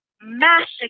massacre